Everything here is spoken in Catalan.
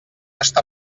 està